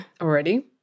already